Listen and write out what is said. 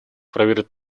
проверить